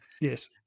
Yes